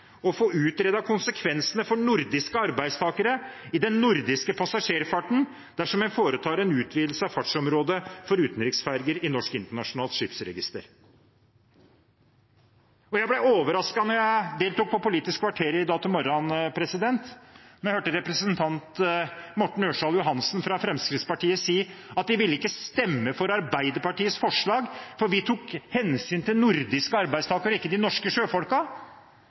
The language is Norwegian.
den nordiske passasjerfarten, dersom man foretar en utvidelse av fartsområdet for utenriksferger i Norsk Internasjonalt Skipsregister. Jeg ble overrasket da jeg deltok i Politisk kvarter i dag morges, da jeg hørte representanten Morten Ørsal Johansen fra Fremskrittspartiet si at de ikke ville stemme for Arbeiderpartiets forslag fordi vi tok hensyn til nordiske arbeidstakere, og ikke til de norske